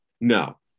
no